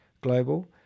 global